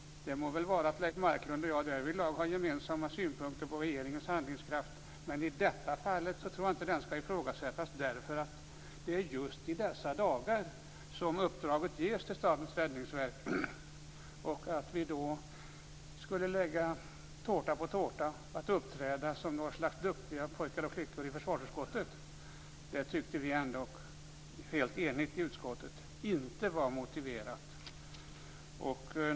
Det må väl vara att Leif Marklund och jag har gemensamma synpunkter på regeringens handlingskraft. Men i detta fall tror jag inte att den skall ifrågasättas, därför att det är just i dessa dagar som uppdraget ges till Statens räddningsverk. Att vi då skulle lägga tårta på tårta och uppträda som något slags duktiga pojkar och flickor i försvarsutskottet tyckte vi ändock helt enigt i utskottet inte var motiverat.